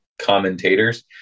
commentators